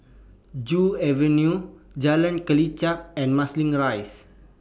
Joo Avenue Jalan Kelichap and Marsiling Rise